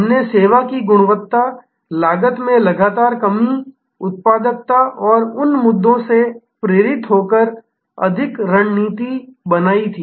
हमने सेवा की गुणवत्ता लागत में लगातार कमी उत्पादकता और उन मुद्दों से प्रेरित होकर अधिक रणनीति बनाई थी